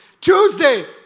Tuesday